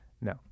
No